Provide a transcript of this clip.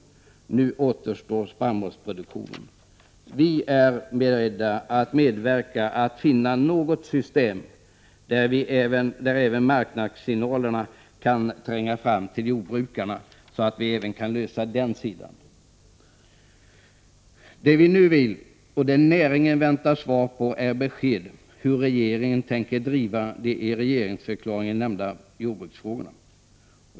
Nu återstår spannmålsproduktionen. Vi är beredda medverka till att finna något system som gör att marknadssignalerna kan tränga fram även till jordbrukarna. Det vi nu vill och det näringen väntar på är besked om hur regeringen tänker driva de i regeringsförklaringen nämnda jordbruksfrågorna.